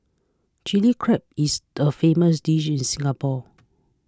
Chilli Crab is a famous dish in Singapore